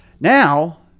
Now